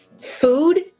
food